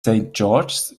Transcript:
george’s